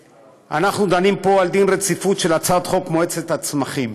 אנחנו דנים פה בדין רציפות על הצעת חוק מועצת הצמחים.